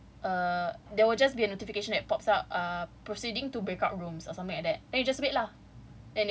I'll just be like err there will just be a notification that pops out uh proceeding to breakout rooms something like that then you just wait lah